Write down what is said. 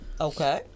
okay